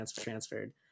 transferred